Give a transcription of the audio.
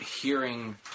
hearing